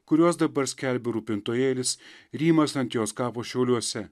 kuriuos dabar skelbia rūpintojėlis rymąs ant jos kapo šiauliuose